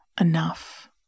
enough